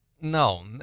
No